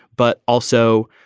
but also,